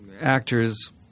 actors –